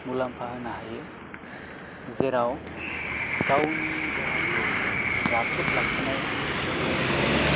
मुलाम्फा होनो हायो जेराव गावनि देहाखौ राफोद लाखिनाय लोगोसे